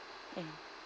mm